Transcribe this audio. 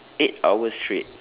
eight hours straight